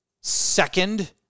second